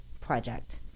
project